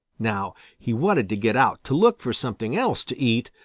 now he wanted to get out to look for something else to eat,